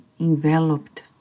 enveloped